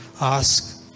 ask